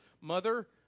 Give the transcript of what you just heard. Mother